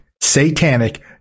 satanic